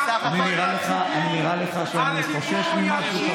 נראה לך שאני חושש ממשהו?